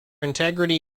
integrity